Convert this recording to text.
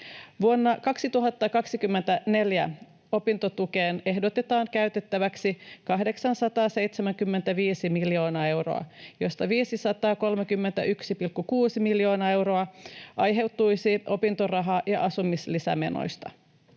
Vuonna 2024 opintotukeen ehdotetaan käytettäväksi 875 miljoonaa euroa, josta 531,6 miljoonaa euroa aiheutuisi opintoraha- ja asumislisämenoista.